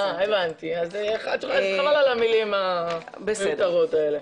אה, הבנתי, אז חבל על המילים המיותרות האלה.